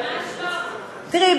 תראי,